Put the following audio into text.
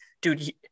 dude